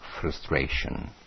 frustration